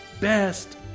Best